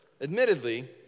admittedly